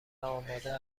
آماده